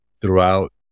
throughout